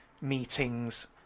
meetings